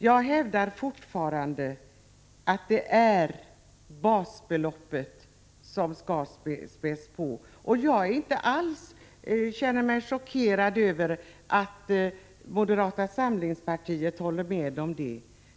Jag hävdar fortfarande att det är basbeloppet som skall spädas på. Jag känner mig inte alls chockerad över att moderata samlingspartiet håller med om det.